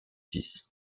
six